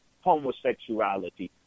homosexuality